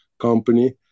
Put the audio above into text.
company